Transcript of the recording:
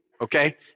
Okay